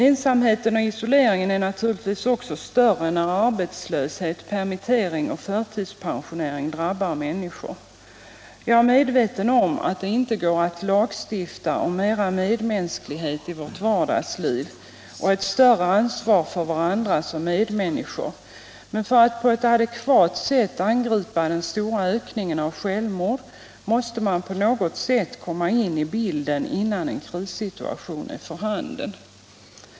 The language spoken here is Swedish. Ensamheten och isoleringen blir naturligtvis också större när arbetslöshet, permittering och förtidspensionering drabbar människor. Jag är medveten om att det inte går att lagstifta om mera medmänsklighet i vårt vardagsliv och om ett större ansvar för varandra som medmänniskor. Men för att på ett adekvat sätt angripa den stora ökningen av självmorden måste man på något sätt komma in i bilden innan en krissituation är för handen.